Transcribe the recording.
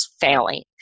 failing